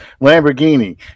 lamborghini